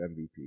MVP